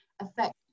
affect